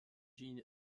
jean